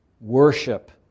Worship